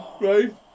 Right